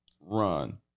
run